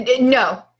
No